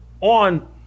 On